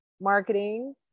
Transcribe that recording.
marketing